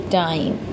time